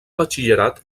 batxillerat